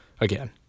again